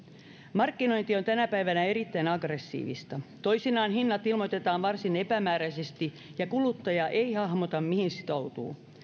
markkinointi on tänä päivänä erittäin aggressiivista toisinaan hinnat ilmoitetaan varsin epämääräisesti ja kuluttaja ei hahmota mihin sitoutuu